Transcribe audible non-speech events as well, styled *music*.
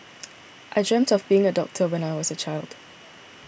*noise* I dreamt of being a doctor when I was a child